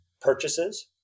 purchases